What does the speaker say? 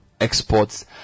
exports